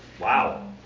Wow